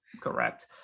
Correct